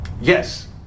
Yes